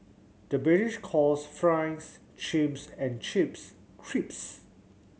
the British calls fries chips and chips crisps